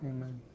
Amen